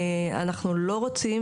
אנחנו לא רוצים,